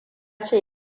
ce